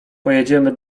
pojedziemy